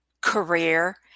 career